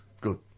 Good